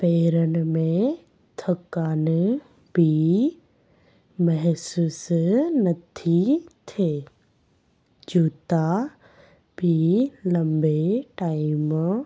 पेरनि में थकान बि महिसूसु नथी थिए जूता बि लंबे टाइम